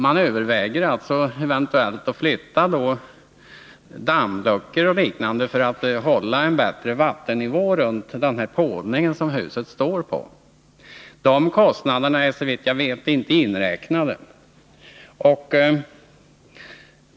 Man överväger då att flytta dammluckor och liknande åtgärder för att hålla en bättre vattennivå runt den pålning som huset står på. De kostnaderna är såvitt jag vet inte inräknade.